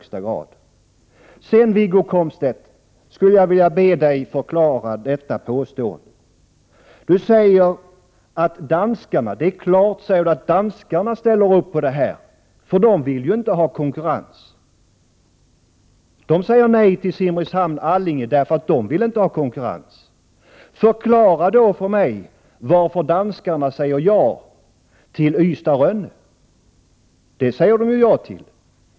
Sedan skulle jag vilja be Wiggo Komstedt förklara sitt uttalande att det är klart att danskarna säger nej till Simrishamn-Allinge; de vill ju inte ha konkurrens! Förklara då för mig varför danskarna säger ja till Ystad-Rönne, för det gör de ju.